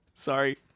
Sorry